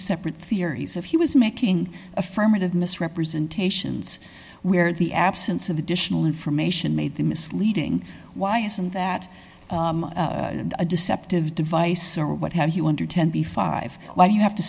separate theories of he was making affirmative misrepresentations where the absence of additional information made the misleading why isn't that a deceptive device or what have you under ten p five why do you have to